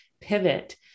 pivot